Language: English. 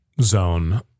zone